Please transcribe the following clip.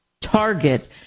target